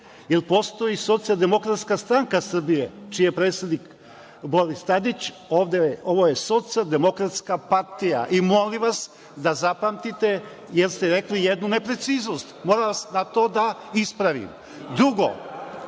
jer postoji Socijaldemokratska stranka Srbije, čiji je predsednik Boris Tadić. Ovo je Socijaldemokratska partija Srbije i molim vas da zapamtite, jer ste rekli jednu nepreciznost. Molim vas da to ispravite. Drugo,